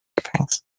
Thanks